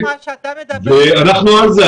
אנחנו על זה.